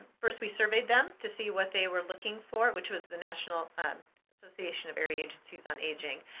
first we surveyed them to see what they were looking for, which was the national um association of area agencies on aging.